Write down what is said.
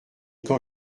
quand